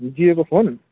यो जियोको फोन